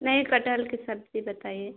नहीं कटहल की सब्ज़ी बताइए